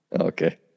Okay